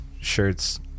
shirts